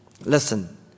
Listen